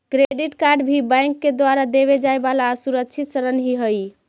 credit card भी bank के द्वारा देवे जाए वाला असुरक्षित ऋण ही हइ